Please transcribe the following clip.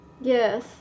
Yes